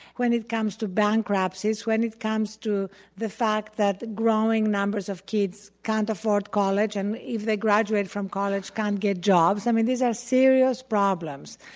when it comes to bankruptcies, when it comes to the fact that growing numbers of kids can't afford college, and if they graduated from college can't get jobs. i mean, these are serious problems.